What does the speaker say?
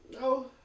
No